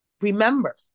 remember